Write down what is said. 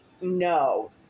No